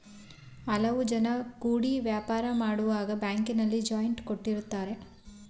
ಹಲವು ಜನ ಕೂಡಿ ವ್ಯಾಪಾರ ಮಾಡುವಾಗ ಬ್ಯಾಂಕಿನಲ್ಲಿ ಜಾಯಿಂಟ್ ಕೊಟ್ಟಿದ್ದಾರೆ